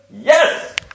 Yes